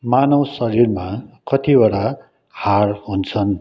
मानव शरीरमा कतिवटा हाड हुन्छन्